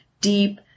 deep